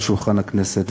על שולחן הכנסת,